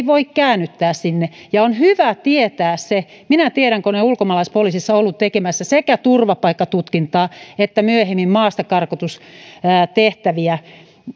voi käännyttää sinne ja on hyvä tietää se minä tiedän kun olen ulkomaalaispoliisissa ollut tekemässä sekä turvapaikkatutkintaa että myöhemmin maastakarkotustehtäviä